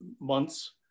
months